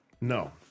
No